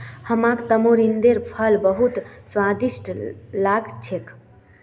हमाक तमरिंदेर फल बहुत स्वादिष्ट लाग छेक